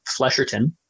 flesherton